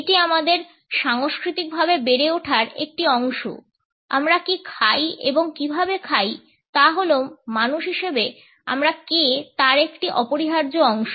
এটি আমাদের সাংস্কৃতিকভাবে বেড়ে ওঠার একটি অংশ আমরা কী খাই এবং কীভাবে খাই তা হল মানুষ হিসেবে আমরা কে তার একটি অপরিহার্য অংশ